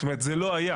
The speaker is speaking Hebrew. זאת אומרת, זה לא היה.